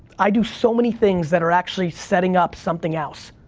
i do so many things that are actually setting up something else,